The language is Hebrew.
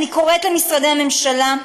אני קוראת למשרדי הממשלה,